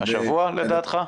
השבוע, לדעתך?